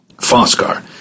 Foscar